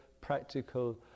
practical